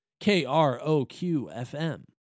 KROQ-FM